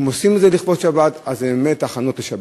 אם עושים את זה לכבוד שבת, אז זה באמת הכנות לשבת.